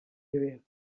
area